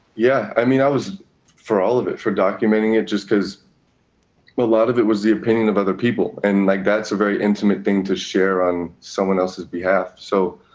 yeah, i mean, i was for all of it, for documenting it, just cause a lot of it was the opinion of other people, and, like, that's a very intimate thing to share on someone else's behalf. so,